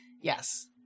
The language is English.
yes